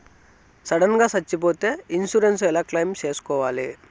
Sudden గా సచ్చిపోతే insurance ఎలా క్లెయిమ్ సేసుకోవాలి?